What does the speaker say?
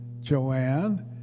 Joanne